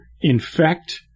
infect